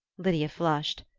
lydia flushed.